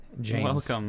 James